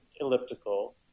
elliptical